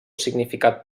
significat